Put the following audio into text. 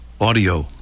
audio